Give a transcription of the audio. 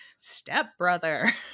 stepbrother